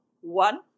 one